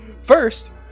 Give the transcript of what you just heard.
First